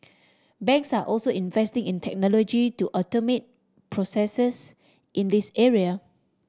banks are also investing in technology to automate processes in this area